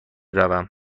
روم